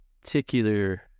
particular